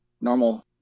normal